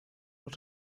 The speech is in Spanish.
los